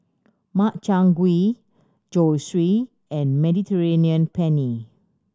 Makchang Gui Zosui and Mediterranean Penne